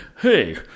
Hey